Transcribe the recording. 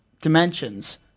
dimensions